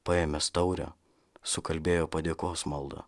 paėmęs taurę sukalbėjo padėkos maldą